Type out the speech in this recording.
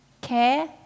care